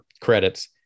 credits